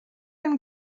and